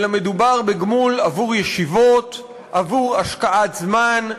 אלא מדובר בגמול עבור ישיבות, עבור השקעת זמן.